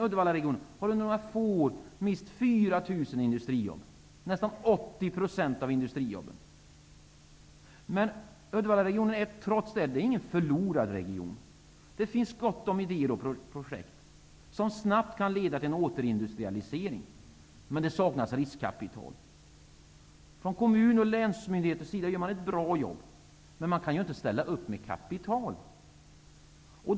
Uddevallaregionen har på några få år mist ca 4 000 Uddevallaregionen är trots det inte någon förlorad region. Det finns gott om idéer och projekt som snabbt kan leda till en återindustrialisering. Men det saknas riskkapital. Från kommunens och länsmyndighetens sida gör man ett bra jobb. Men man kan inte ställa upp med kapital.